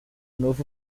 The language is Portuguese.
novo